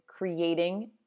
creating